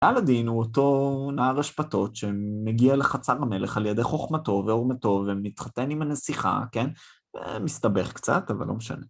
אלאדין הוא אותו נער אשפתות שמגיע לחצר המלך על ידי חוכמתו ועורמתו, ומתחתן עם הנסיכה, כן? מסתבך קצת, אבל לא משנה.